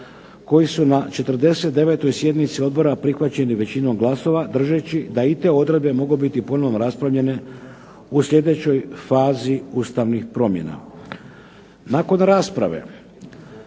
koji su na 49. sjednici odbora prihvaćeni većinom glasova držeći da i te odredbe mogu biti ponovo raspravljene u sljedećoj fazi ustavnih promjena. Nakon rasprave